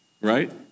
right